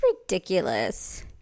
ridiculous